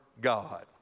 God